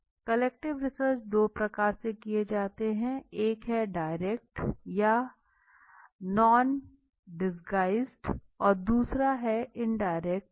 qualitative research दो प्रकार से किया जा सकता है एक है डायरेक्ट या नॉन डिस्गोईज़ड और दूसरा है इंदिरेक्ट